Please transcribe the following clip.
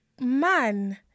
man